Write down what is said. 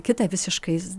kitą visiškais